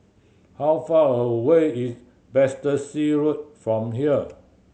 how far away is Battersea Road from here